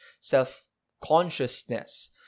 self-consciousness